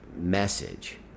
message